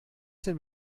denn